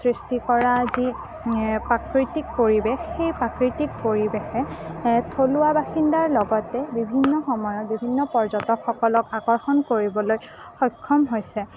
সৃষ্টি কৰা যি প্ৰাকৃতিক পৰিৱেশ সেই প্ৰাকৃতিক পৰিৱেশে থলুৱা বাসিন্দাৰ লগতে বিভিন্ন সময়ত বিভিন্ন পৰ্যটকসকলক আকৰ্ষণ কৰিবলৈ সক্ষম হৈছে